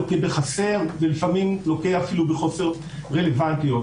לוקה חסר ולפעמים לוקה אפילו בחוסר רלוונטיות.